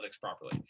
properly